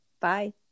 Bye